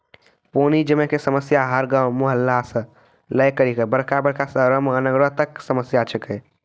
पानी जमै कॅ समस्या हर गांव, मुहल्ला सॅ लै करिकॅ बड़का बड़का शहरो महानगरों तक कॅ समस्या छै के